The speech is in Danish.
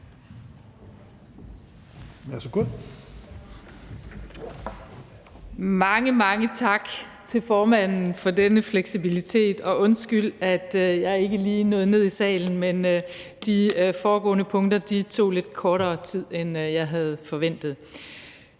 Mange, mange tak til formanden for denne fleksibilitet, og undskyld, at jeg ikke lige nåede ned i salen, men de foregående punkter tog lidt kortere tid, end jeg havde forventet.